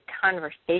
conversation